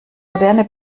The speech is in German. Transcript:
moderne